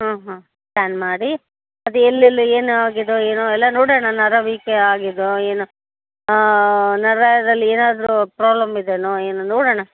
ಹಾಂ ಹಾಂ ಸ್ಕ್ಯಾನ್ ಮಾಡಿ ಅದು ಎಲ್ಲೆಲ್ಲಿ ಏನಾಗಿದ್ಯೋ ಏನೋ ಎಲ್ಲ ನೋಡೋಣ ನರ ವೀಕೆ ಆಗಿದ್ಯೋ ಏನೋ ನರದಲ್ಲಿ ಏನಾದರೂ ಪ್ರಾಬ್ಲಮ್ ಇದೆಯೋ ಏನೋ ನೋಡೋಣ